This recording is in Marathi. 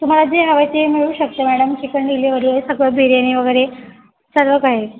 तुम्हाला जे हवं आहे ते मिळू शकते मॅडम चिकन डिलेवरी आहे सगळं बिर्यानी वगैरे सगळं काही आहे